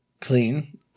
clean